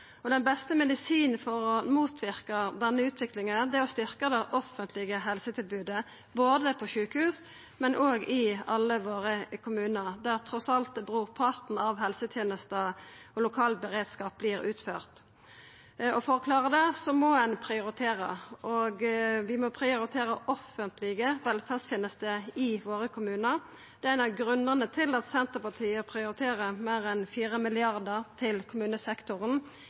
Den beste medisinen for å motverka denne utviklinga er å styrkja det offentlege helsetilbodet, både på sjukehus og i alle våre kommunar, der trass alt brorparten av alle helsetenester og lokal beredskap vert utført. For å klara det må ein prioritera. Vi må prioritera dei offentlege kvalitetstenestene i våre kommunar. Det er ein av grunnane til at Senterpartiet prioriterer meir enn 4 mrd. kr til kommunesektoren